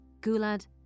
Gulad